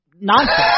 Nonsense